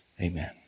Amen